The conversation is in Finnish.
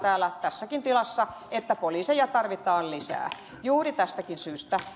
tässäkin tilassa että poliiseja tarvitaan lisää juuri tästäkin syystä